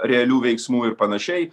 realių veiksmų ir panašiai